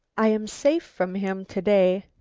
i am safe from him to-day,